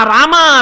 Rama